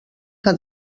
que